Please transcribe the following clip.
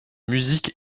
musique